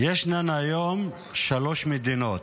יש לנו היום שלוש מדינות: